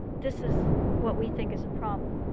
this is what we think is a problem.